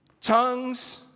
Tongues